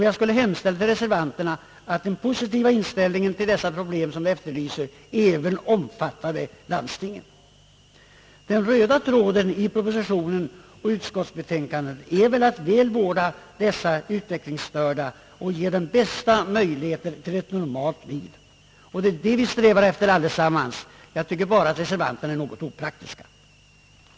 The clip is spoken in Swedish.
Jag skulle vilja hemställa till reservanterna att den positiva inställning till dessa problem som de efterlyser även omfattade landstingen. Den röda tråden i propositionen och utskottsbetänkandet är att väl vårda de utvecklingsstörda och ge dem de bästa möjligheter till ett normalt liv. Det är det som vi allesammans strävar efter. Jag tycker bara att reservanterna är något opraktiska.